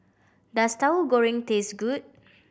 does Tahu Goreng taste good